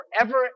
forever